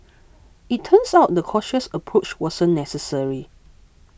it turns out the cautious approach wasn't necessary